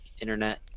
internet